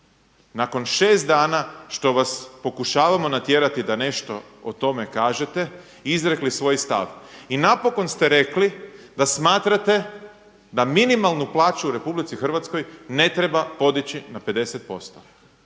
nakon 6 dana što vas pokušavamo natjerati da nešto o tome kažete izrekli svoj stav. I napokon ste rekli da smatrate da minimalnu plaću u Republici Hrvatskoj ne treba podići na 50%.